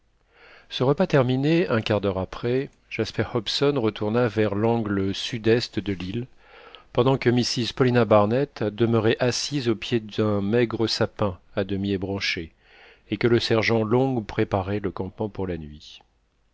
ce repas terminé un quart d'heure après jasper hobson retourna vers l'angle sud-est de l'île pendant que mrs paulina barnett demeurait assise au pied d'un maigre sapin à demi ébranché et que le sergent long préparait le campement pour la nuit